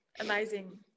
amazing